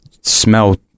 smell